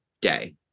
day